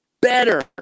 better